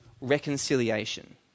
reconciliation